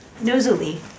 Nosily